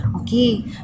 Okay